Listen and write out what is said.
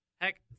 Heck